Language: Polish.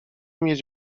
mieć